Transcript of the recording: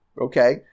okay